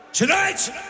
Tonight